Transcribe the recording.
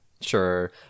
Sure